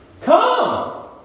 Come